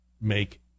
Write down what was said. make